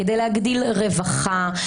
כדי להגדיל רווחה,